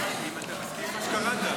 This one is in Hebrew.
האם אתה מסכים עם מה שקראת?